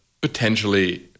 potentially